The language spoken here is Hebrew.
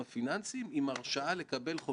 שתוקם פה ועדה,